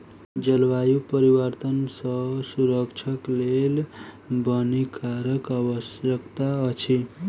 जलवायु परिवर्तन सॅ सुरक्षाक लेल वनीकरणक आवश्यकता अछि